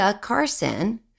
Carson